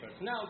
now